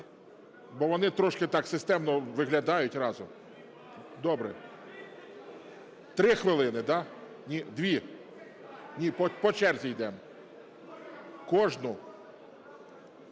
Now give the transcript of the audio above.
Бо вони трошки так системно виглядають разом. Добре. 3 хвилини, так? Ні, 2. Ні, по черзі йдемо, кожну?